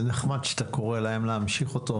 זה נחמד שאתה קורא להם להמשיך אותו,